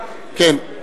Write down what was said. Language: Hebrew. כך הנחתי.